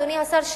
אדוני השר,